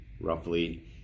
roughly